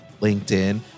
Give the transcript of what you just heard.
LinkedIn